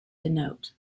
denote